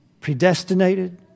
predestinated